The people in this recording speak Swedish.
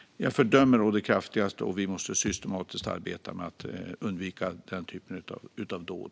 Jag fördömer detta å det kraftigaste, och vi måste systematiskt arbeta med att undvika den typen av dåd.